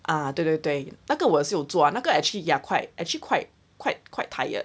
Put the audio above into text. ah 对对对那个我也是有做 ah 那个 actually ya quite actually quite quite quite tired